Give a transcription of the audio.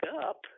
up